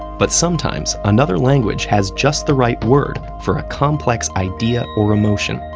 but sometimes, another language has just the right word for a complex idea or emotion,